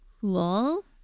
cool